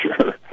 sure